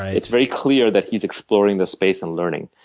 it's very clear that he's exploring the space and learning.